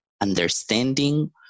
understanding